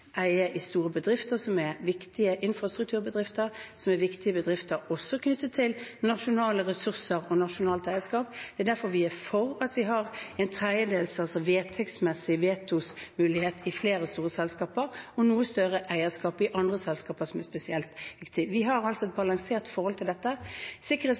i store bedrifter som er viktige infrastrukturbedrifter, og som er viktige bedrifter også knyttet til nasjonale ressurser og nasjonalt eierskap. Det er derfor vi er for at vi har en tredjedels vedtektsmessig vetomulighet i flere store selskaper og noe større eierskap i andre selskaper som er spesielt viktige. Vi har altså et balansert forhold til dette.